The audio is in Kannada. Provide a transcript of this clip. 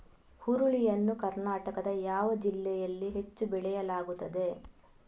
ಹುರುಳಿ ಯನ್ನು ಕರ್ನಾಟಕದ ಯಾವ ಜಿಲ್ಲೆಯಲ್ಲಿ ಹೆಚ್ಚು ಬೆಳೆಯಲಾಗುತ್ತದೆ?